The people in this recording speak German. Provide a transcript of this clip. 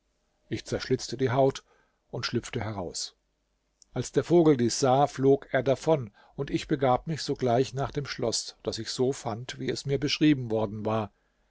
ich zerschlitzte die haut und schlüpfte heraus als der vogel dies sah flog er davon und ich begab mich sogleich nach dem schloß das ich so fand wie es mir beschrieben worden war